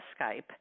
Skype